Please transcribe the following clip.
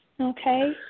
Okay